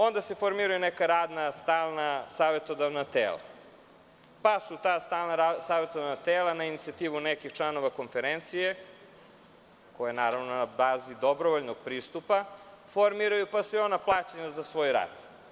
Onda se formiraju neka radna stalna savetodavna tela, pa su ta stalna tela na inicijativu nekih članova konferencije, koja je na bazi dobrovoljnog pristupa, pa se formiraju, pa su i ona plaćena za svoj rad.